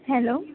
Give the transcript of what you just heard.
hello